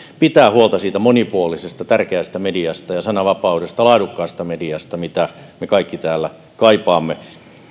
pitää huolta siitä monipuolisesta ja tärkeästä mediasta ja sananvapaudesta ja laadukkaasta mediasta mitä me kaikki täällä kaipaamme